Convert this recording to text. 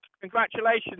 Congratulations